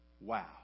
wow